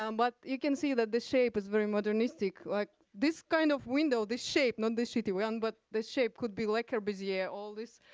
um but you can see that the shape is very modernistic, like this kind of window, this shape, not this shitty one, but the shape could be like a brassiere, all this,